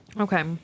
Okay